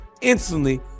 instantly